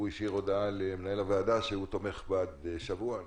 הוא השאיר הודעה למנהל הוועדה שהוא תומך בהארכה של שבוע.